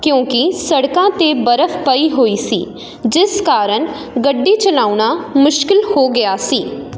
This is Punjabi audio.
ਕਿਉਂਕੀ ਸੜਕਾਂ 'ਤੇ ਬਰਫ ਪਈ ਹੋਈ ਸੀ ਜਿਸ ਕਾਰਨ ਗੱਡੀ ਚਲਾਉਣਾ ਮੁਸ਼ਕਿਲ ਹੋ ਗਿਆ ਸੀ